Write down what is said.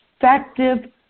effective